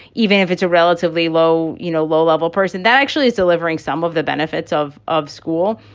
even if it's a relatively low, you know, low level person that actually is delivering some of the benefits of of school.